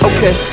Okay